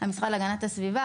המשרד להגנת הסביבה,